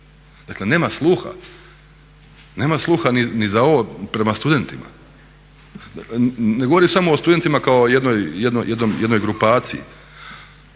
Dakle nema sluha, nema sluha ni za ovo prema studentima. Ne govorim samo o studentima kao jednoj grupaciji,